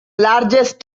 largest